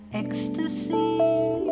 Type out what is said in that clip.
ecstasy